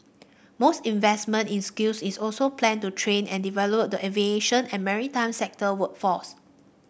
most investment in skills is also planned to train and develop the aviation and maritime sector workforce